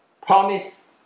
promise